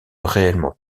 réellement